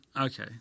Okay